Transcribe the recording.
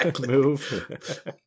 move